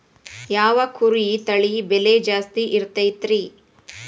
ಯಾವ ಕುರಿ ತಳಿ ಬೆಲೆ ಜಾಸ್ತಿ ಇರತೈತ್ರಿ?